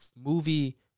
movie